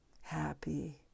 happy